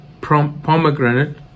pomegranate